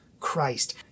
Christ